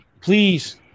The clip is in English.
please